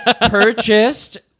purchased